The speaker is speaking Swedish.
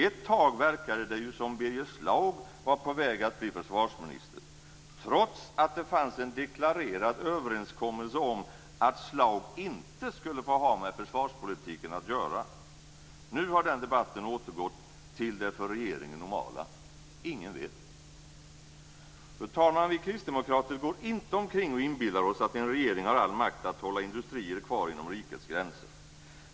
Ett tag verkade det som om Birger Schlaug var på väg att bli försvarsminister, trots att det fanns en deklarerad överenskommelse om att Schlaug inte skulle få ha med försvarspolitiken att göra. Nu har den debatten återgått till det för regeringen normala, nämligen att ingen vet. Fru talman! Vi kristdemokrater går inte omkring och inbillar oss att en regering har all makt att hålla industrier kvar inom rikets gränser.